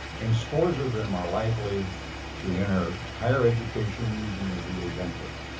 and scores of them are likely to enter higher education using their va yeah benefits.